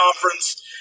conference